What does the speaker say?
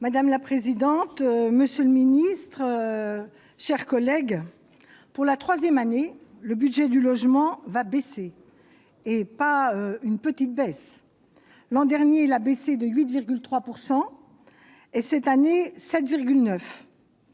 Madame la présidente, monsieur le ministre, chers collègues, pour la 3ème année le budget du logement va baisser et pas une petite baisse l'an dernier, il a baissé de 8,3 pourcent et cette année 7 9